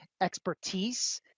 expertise